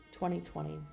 2020